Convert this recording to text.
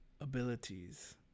abilities